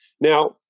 Now